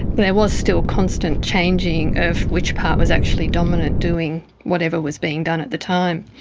there was still constant changing of which part was actually dominant, doing whatever was being done at the time,